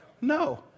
No